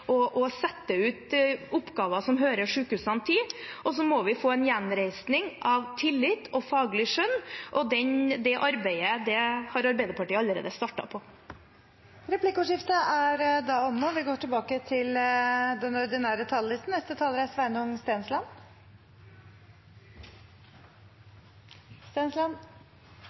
outsource og sette ut oppgaver som hører sykehusene til. Og så må vi få en gjenreisning av tillit og faglig skjønn, og det arbeidet har Arbeiderpartiet allerede startet på. Replikkordskiftet er omme. Målet er